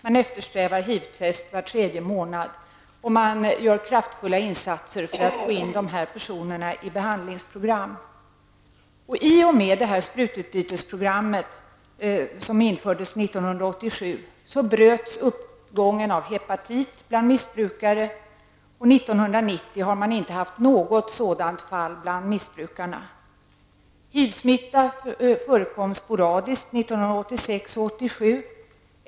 HIV-test eftersträvas var tredje månad och man gör kraftfulla insatser för att få in dessa personer i behandlingsprogram. I och med sprututbytesprogrammet, som infördes 1987, bröts uppgången av hepatit bland missbrukare. 1990 har man inte haft något sådant fall bland missbrukarna. HIV-smitta förekom sporadiskt 1986 och 1987.